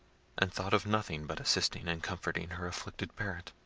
and thought of nothing but assisting and comforting her afflicted parent.